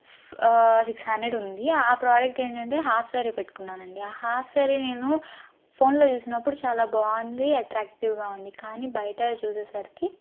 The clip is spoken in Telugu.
సిక్స్ హండ్రెడ్ ఉంది ఆ ప్రొడక్ట్ ఏంటంటే హాఫ్ సారీ పెట్టుకున్నాను అండి ఆ హాఫ్ సారీ నేను ఫోన్లో చూసినప్పుడు చాలా బాగుంది అట్రాక్టివ్గా ఉంది కాని బయట చూసేసరికి